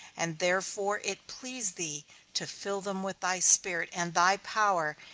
and therefore it pleased thee to fill them with thy spirit and thy power,